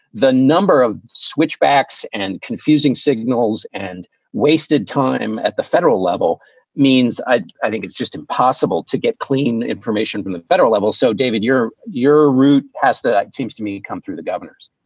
the number of switchbacks and confusing signals and wasted time at the federal level means i i think it's just impossible to get clean information from the federal level. so, david, your your route has to act, seems to me, come through the governors